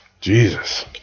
Jesus